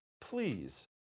Please